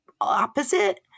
opposite